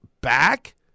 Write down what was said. back